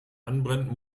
anbrennt